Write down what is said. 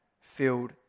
filled